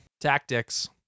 tactics